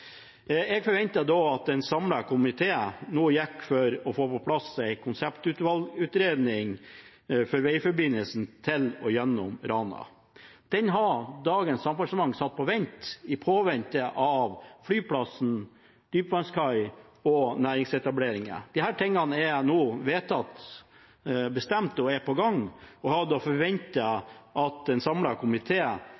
Jeg forventet da at en samlet komité nå gikk inn for å få på plass en konseptvalgutredning for veiforbindelsen til og gjennom Rana. Den har dagens Samferdselsdepartement satt på vent i påvente av flyplassen, dypvannskai og næringsetableringer. Disse tingene er nå vedtatt; de er bestemt og er på gang, og jeg hadde